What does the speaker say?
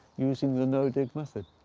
using the no dig method.